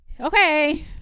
Okay